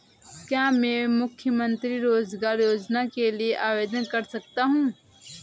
क्या मैं मुख्यमंत्री रोज़गार योजना के लिए आवेदन कर सकता हूँ?